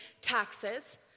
taxes